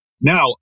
Now